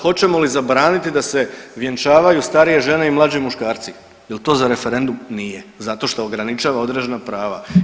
Hoćemo li zabraniti da se vjenčavaju starije žene i mlađi muškarci, jel to za referendum, nije, zato što ograničava određena prava.